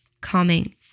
calming